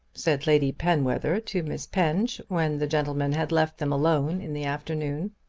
said lady penwether to miss penge, when the gentlemen had left them alone in the afternoon.